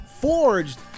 forged